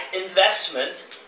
investment